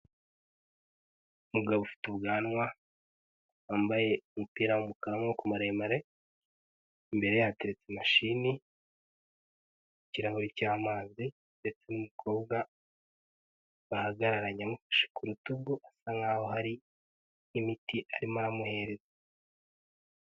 Umugabo ufite ubwanwa, wambaye umupira w'umukara w'amaboko maremare, imbere ye hateretse mashini, ikirahuri cy'amazi, ndetse n'umukobwa bahagararanye amufashe ku rutugu asa nk'aho hari n'imiti arimo aramuhereza.